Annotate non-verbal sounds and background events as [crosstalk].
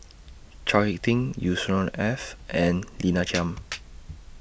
Chao Hick Tin Yusnor Ef and Lina [noise] Chiam